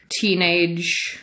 teenage